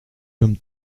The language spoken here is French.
comme